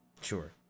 Sure